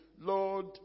Lord